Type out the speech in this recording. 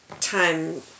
time